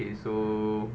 okay so